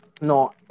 No